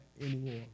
anymore